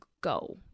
go